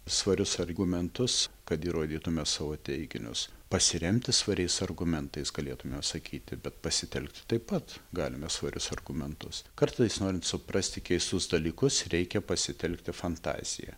svarius argumentus kad įrodytume savo teiginius pasiremti svariais argumentais galėtume sakyti bet pasitelkt taip pat galime svarius argumentus kartais norint suprasti keistus dalykus reikia pasitelkti fantaziją